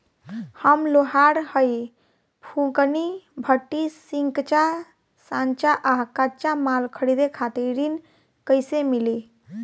हम लोहार हईं फूंकनी भट्ठी सिंकचा सांचा आ कच्चा माल खरीदे खातिर ऋण कइसे मिली?